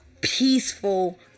peaceful